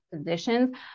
positions